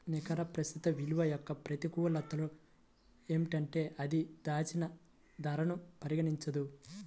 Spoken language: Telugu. నికర ప్రస్తుత విలువ యొక్క ప్రతికూలతలు ఏంటంటే అది దాచిన ధరను పరిగణించదు